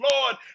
Lord